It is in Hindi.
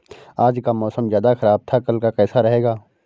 आज का मौसम ज्यादा ख़राब था कल का कैसा रहेगा?